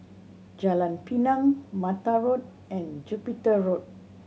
Jalan Pinang Mata Road and Jupiter Road